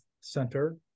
center